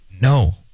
No